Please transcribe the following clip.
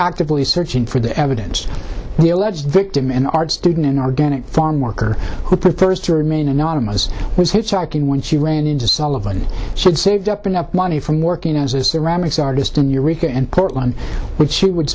actively searching for the evidence the alleged victim an art student an organic farm worker who prefers to remain anonymous was hitchhiking when she ran into sullivan said saved up enough money from working as the rams artist in eureka and portland but she would